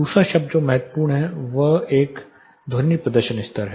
दूसरा शब्द जो महत्वपूर्ण है वह एक ध्वनि प्रदर्शन स्तर है